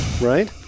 Right